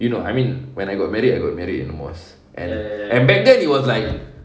you know I mean when I got married I got married in a mosque and and back then it was like